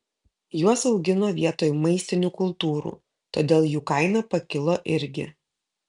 juos augino vietoj maistinių kultūrų todėl jų kaina pakilo irgi